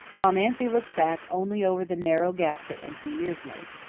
while nancy looked back only over the narrow gap that empty years make.